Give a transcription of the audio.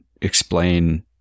explain